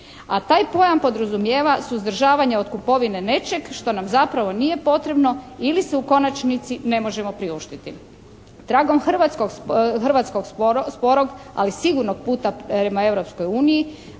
A taj pojam podrazumijeva suzdržavanje od kupovine nečeg što nam zapravo nije potrebno ili si u konačnici ne možemo priuštiti. Tragom hrvatskog sporog, ali sigurnog puta prema Europskoj uniji